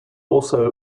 also